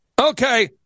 Okay